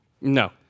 No